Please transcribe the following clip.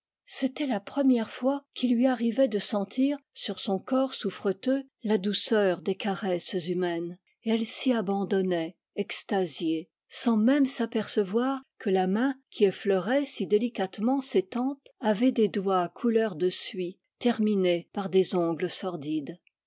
c'était la première fois qu'il lui arrivait de sentir sur son corps souffreteux la douceur des caresses humaines et elle s'y abandonnait extasiée sans même s'apercevoir que la main qui effleurait si délicatement ses tempes avait des doigts couleur de suie terminés par des ongles sordides